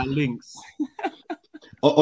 links